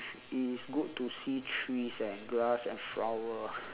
it is good to see trees and grass and flower